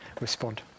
respond